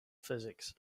physics